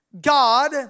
God